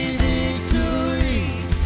victory